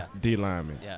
D-lineman